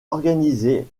organisées